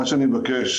מה שאני מבקש,